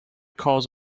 cause